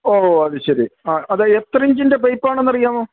ഓ അത് ശരി ആ അത് എത്ര ഇഞ്ചിൻ്റെ പൈപ്പാണെന്നറിയാമോ